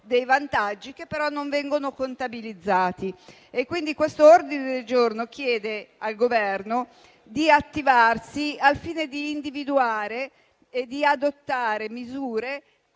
dei vantaggi, che però non vengono contabilizzati. Quindi, questo ordine del giorno chiede al Governo di attivarsi al fine di individuare e di adottare misure